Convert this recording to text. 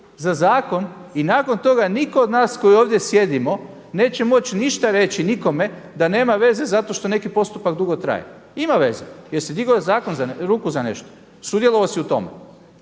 za zakon i nakon toga nitko od nas koji ovdje sjedimo neće moći ništa reći nikome da nema veze zato što neki postupak dugo traje. Ima veze jer sie digao ruku za nešto, sudjelovao si u tome.